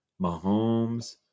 Mahomes